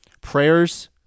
Prayers